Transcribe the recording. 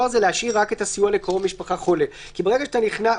נשאיר רק את הסיוע לקרוב משפחה חולה או קשיש?